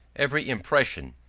every impression,